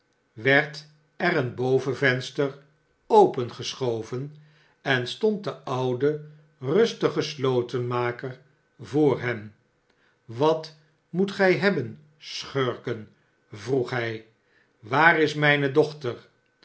werd er een bovenvenster opengeschoven en stond de oude rustige slotenmaker voor hen wat moet gij hebben schurken vroeg hij waar is mijne dochter